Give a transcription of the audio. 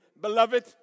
beloved